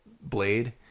blade